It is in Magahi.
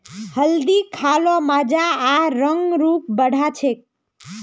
हल्दी खा ल मजा आर रंग रूप बढ़ा छेक